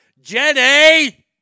Jenny